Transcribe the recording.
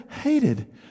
hated